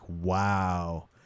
wow